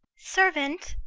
servant!